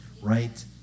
right